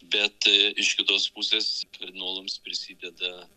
bet iš kitos pusės kardinolams prisideda